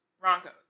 Broncos